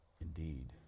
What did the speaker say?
indeed